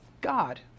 God